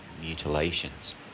mutilations